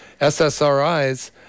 SSRIs